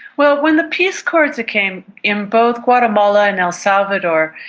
well, when the peace accords came in both guatemala and el salvador,